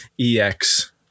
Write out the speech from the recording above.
EX